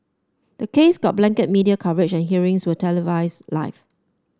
the case got blanket media coverage and hearings were televised live